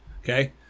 Okay